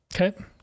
Okay